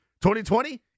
2020